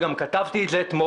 וגם כתבתי את זה אתמול,